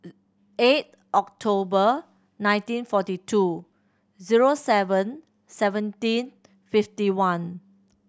eight October nineteen forty two zero seven seventeen fifty one